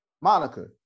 Monica